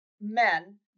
men